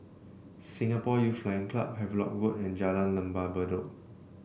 Singapore Youth Flying Club Havelock Road and Jalan Lembah Bedok